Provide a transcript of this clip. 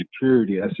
Security